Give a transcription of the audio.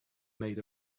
maid